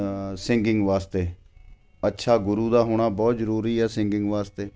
singing ਵਾਸਤੇ ਅੱਛਾ ਗੁਰੂ ਦਾ ਹੋਣਾ ਬਹੁਤ ਜ਼ਰੂਰੀ ਆ ਸਿੰਗਿੰਗ ਵਾਸਤੇ